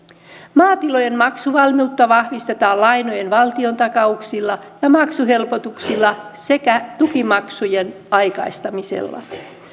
maatilojen maksuvalmiutta vahvistetaan lainojen valtiontakauksilla ja maksuhelpotuksilla sekä tukimaksujen aikaistamisella